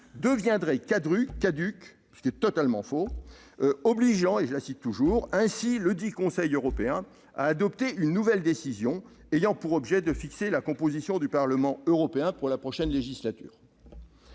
deviendrait caduque »- c'est totalement faux -,« obligeant ainsi ledit Conseil européen à adopter une nouvelle décision ayant pour objet de fixer la composition du Parlement européen pour la prochaine législature.